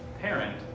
parent